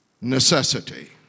necessity